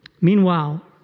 Meanwhile